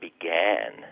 began